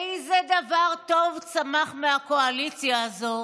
איזה דבר טוב צמח מהקואליציה הזו,